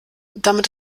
damit